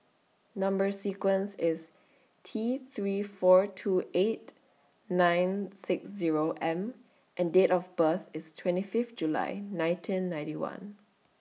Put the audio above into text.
Number sequence IS T three four two eight nine six Zero M and Date of birth IS twenty Fifth July nineteen ninety one